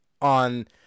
on